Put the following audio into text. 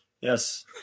Yes